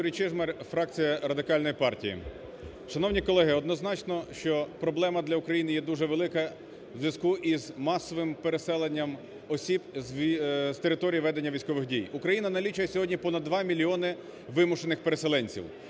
Юрій Чижмарь, фракція Радикальної партії. Шановні колеги, однозначно, що проблема для України є дуже велика в зв'язку із масовим переселенням осіб з території ведення військових дій. Україна налічує сьогодні понад 2 мільйони вимушених переселенців,